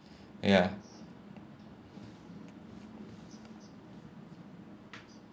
ya